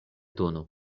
tono